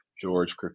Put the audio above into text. George